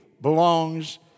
belongs